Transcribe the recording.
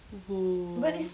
!wow!